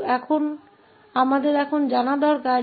अब हमें यह जानने की जरूरत है